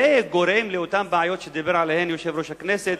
זה גורם לאותן בעיות שדיבר עליהן יושב-ראש הכנסת,